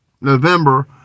November